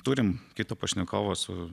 turim kito pašnekovo su